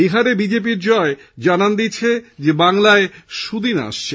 বিহারে বিজেপি র জয় জানান দিচ্ছে বাংলায় সুদিন আসছে